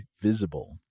Visible